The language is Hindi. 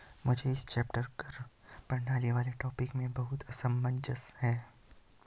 मुझे इस चैप्टर कर प्रणाली वाले टॉपिक में बहुत असमंजस है